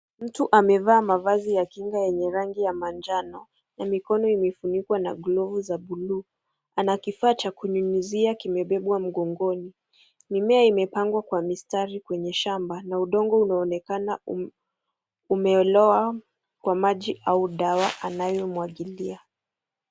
Mtu amevaa mavazi ya kinga yenye rangi ya manjano, na mikono imefunikwa na glovu za bluu. Ana kifaa cha kunyunyizia kimebebwa mgongoni. Mimea imepangwa kwa mistari kwenye shamba, na udongo unaonekana umelowa kwa maji au dawa anayomwagilia.